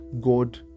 God